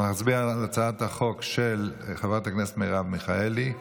אנחנו נצביע על הצעת החוק של חברת הכנסת מרב מיכאלי.